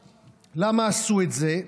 למה עשו את זה,